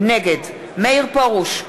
נגד מאיר פרוש,